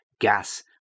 gas